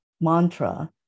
mantra